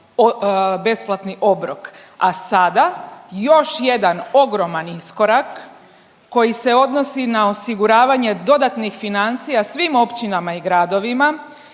besplatni obrok, a sada još jedan ogroman iskorak koji se odnosi na osiguravanje dodatnih financija svim općinama i gradovima